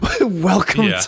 welcome